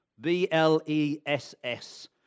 B-L-E-S-S